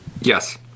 Yes